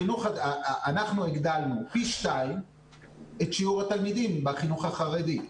אנחנו הגדלנו פי שניים את שיעור התלמידים בחינוך החרדי.